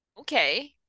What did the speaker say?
Okay